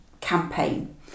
campaign